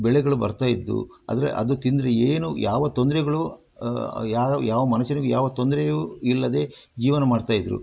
ಬೆಳೆಗಳು ಬರ್ತಾಯಿದ್ವು ಆದರೆ ಅದು ತಿಂದರೆ ಏನು ಯಾವ ತೊಂದರೆಗಳು ಯಾವ ಯಾವ ಮನುಷ್ಯನಿಗೂ ಯಾವ ತೊಂದರೆಯೂ ಇಲ್ಲದೇ ಜೀವನ ಮಾಡ್ತಾಯಿದ್ರು